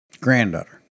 Granddaughter